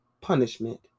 punishment